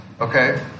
okay